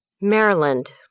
Maryland